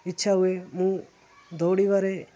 ଇଚ୍ଛା ହୁଏ ମୁଁ ଦୌଡ଼ିବାରେ